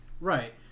Right